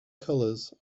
colours